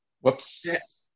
Whoops